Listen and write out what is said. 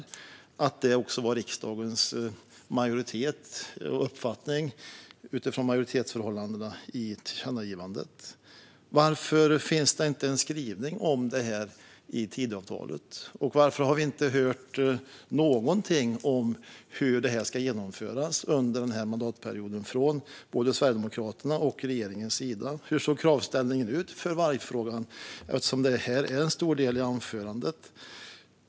Detta var också riksdagens uppfattning utifrån majoritetsförhållandena för tillkännagivandet. Varför finns ingen skrivning om detta i Tidöavtalet? Och varför har vi inte hört något om hur detta ska genomföras under mandatperioden från vare sig Sverigedemokraterna eller regeringen? Hur såg kravställningen ut för vargfrågan, som svarade för en stor del av anförandet?